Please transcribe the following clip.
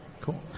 Cool